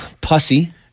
pussy